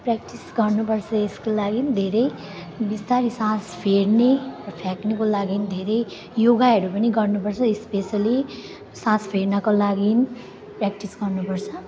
practice गर्नुपर्छ यसको लागि धेरै बिस्तारै सास फेर्ने र फ्याँक्नुको लागि धेरै योगाहरू पनि गर्नुपर्छ स्पेसली सास फेर्नको लागि प्र्याक्टिस गर्नुपर्छ